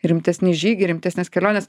rimtesni žygiai rimtesnės kelionės